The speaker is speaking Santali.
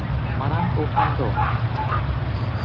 ᱢᱟᱨᱟᱝ ᱠᱚ ᱠᱷᱟᱱ ᱫᱚ